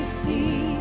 see